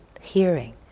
hearing